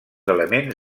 elements